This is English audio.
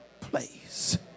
place